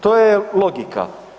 To je logika.